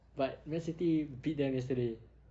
but man city beat them yesterday